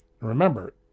Remember